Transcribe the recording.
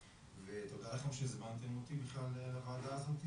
ותודה לכם שהזמנתם אותי בכלל לוועדה הזאת.